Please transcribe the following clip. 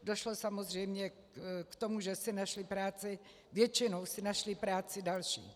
Došlo samozřejmě k tomu, že si našli práci, většinou si našli práci další.